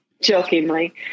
jokingly